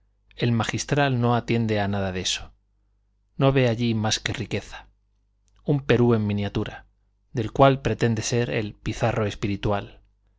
el magistral no atiende a nada de eso no ve allí más que riqueza un perú en miniatura del cual pretende ser el pizarro espiritual